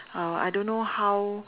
uh I don't know how